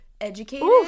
educated